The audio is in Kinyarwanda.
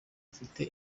ufite